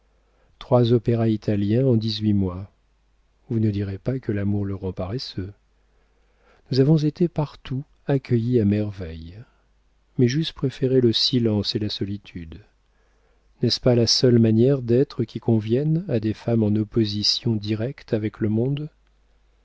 trois opéras italiens en dix-huit mois vous ne direz pas que l'amour le rend paresseux nous avons été partout accueillis à merveille mais j'eusse préféré le silence et la solitude n'est-ce pas la seule manière d'être qui convienne à des femmes en opposition directe avec le monde